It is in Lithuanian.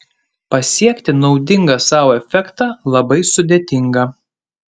pasiekti naudingą sau efektą labai sudėtinga